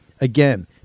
Again